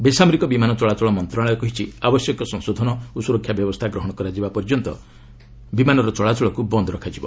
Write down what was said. ବେସାମରିକ ବିମାନ ଚଳାଚଳ ମନ୍ତ୍ରଶାଳୟ କହିଛି ଆବଶ୍ୟକୀୟ ସଂଶୋଧନ ଓ ସୁରକ୍ଷା ବ୍ୟବସ୍ଥା ଗ୍ରହଣ କରାଯିବା ପର୍ଯ୍ୟନ୍ତ ବିମାନର ଚଳାଚଳକୁ ବନ୍ଦ୍ ରଖାଯିବ